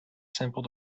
simple